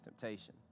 temptation